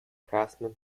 craftsmen